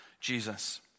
Jesus